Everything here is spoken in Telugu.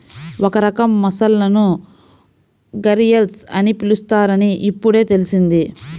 ఒక రకం మొసళ్ళను ఘరియల్స్ అని పిలుస్తారని ఇప్పుడే తెల్సింది